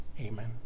amen